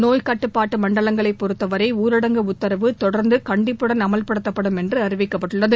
நோய்க் கட்டுப்பாட்டு மண்டலங்களைப் பொறுத்தவரை ஊரடங்கு உத்தரவு தொடர்ந்து கண்டிப்புடன் அமல்படுத்தப்படும் என்று அறிவிக்கப்பட்டுள்ளது